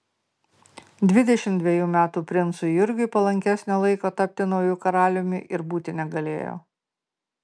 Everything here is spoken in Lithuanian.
dvidešimt dvejų metų princui jurgiui palankesnio laiko tapti nauju karaliumi ir būti negalėjo